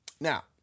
Now